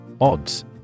Odds